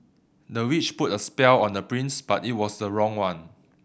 the witch put a spell on the prince but it was the wrong one